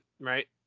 right